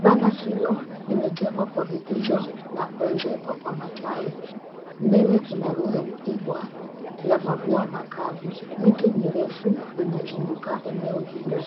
Banda hilo limejengwa kwa vikuzo na kuezekwa kwa matawi. Mbele kuna rundo kubwa la maboa makavu . Miti mirefu inazunguka eneo hilo.